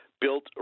built